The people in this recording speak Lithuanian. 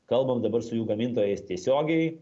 kalbam dabar su jų gamintojais tiesiogiai